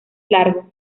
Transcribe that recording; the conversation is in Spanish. largo